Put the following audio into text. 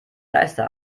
geiste